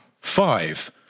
Five